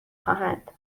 خواهند